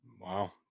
Wow